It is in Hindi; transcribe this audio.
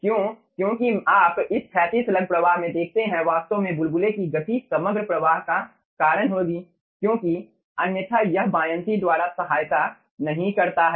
क्यों क्योंकि आप इस क्षैतिज स्लग प्रवाह में देखते हैं वास्तव में बुलबुले की गति समग्र प्रवाह का कारण होगी क्योंकि अन्यथा यह बायअंशी द्वारा सहायता नहीं करता है